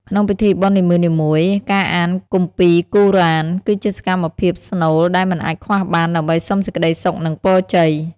ក្នុងពិធីបុណ្យនីមួយៗ ការអានគម្ពីគូរ៉ាន (Quran) គឺជាសកម្មភាពស្នូលដែលមិនអាចខ្វះបាន ដើម្បីសុំសេចក្តីសុខ និងពរជ័យ។